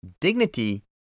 Dignity